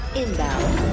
inbound